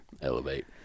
Elevate